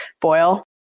boil